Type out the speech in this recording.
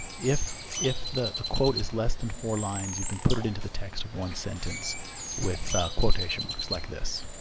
if if the the quote is less than four lines, you can put it into the text of one sentence with quotation marks like this.